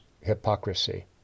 hypocrisy